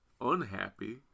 unhappy